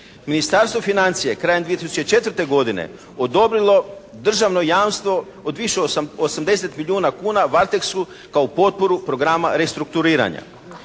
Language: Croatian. Ministarstvo financija krajem 2004. godine odobrilo je državno jamstvo od više od 80 milijuna kuna "Varteksu" kao potporu programa restrukturiranja.